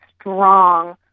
strong